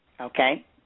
Okay